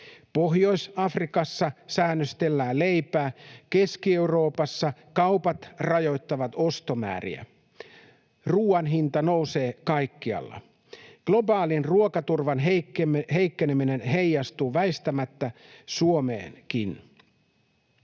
Pohjois-Afrikassa säännöstellään leipää, Keski-Euroopassa kaupat rajoittavat ostomääriä. Ruuan hinta nousee kaikkialla. Globaalin ruokaturvan heikkeneminen heijastuu väistämättä Suomeenkin.